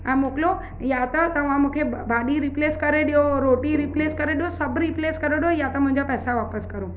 ऐं मोकिलियो या त तव्हां मूंखे भाॼी रिप्लेस करे ॾियो रोटी रिप्लेस करे ॾियो सभु रिप्लेस करे ॾियो या त मुंहिंजा पैसा वापसि करो